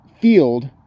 field